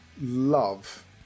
love